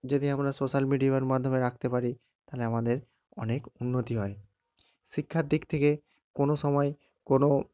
যদি আমরা সোশ্যাল মিডিয়ামের মাধ্যমে রাকতে পারি তাহলে আমাদের অনেক উন্নতি হয় শিক্ষার দিক থেকে কোনো সময় কোনো